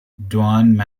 dwayne